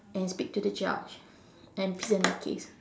and speak to the judge and present the case